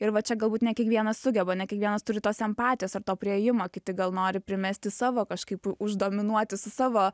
ir va čia galbūt ne kiekvienas sugeba ne kiekvienas turi tos empatijos ir to priėjimo kiti gal nori primesti savo kažkaip uždominuoti su savo